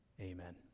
Amen